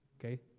Okay